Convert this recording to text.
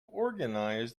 organise